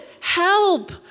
help